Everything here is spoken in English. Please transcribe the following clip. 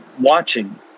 watching